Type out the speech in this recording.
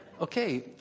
okay